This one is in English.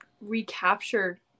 recapture